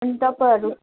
अनि तपाईँहरू